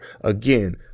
Again